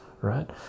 right